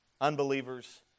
Unbelievers